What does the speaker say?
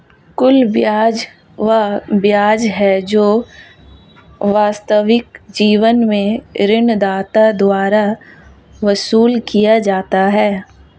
कुल ब्याज वह ब्याज है जो वास्तविक जीवन में ऋणदाता द्वारा वसूल किया जाता है